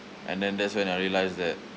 and then that's when I realise that